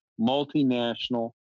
multinational